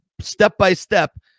step-by-step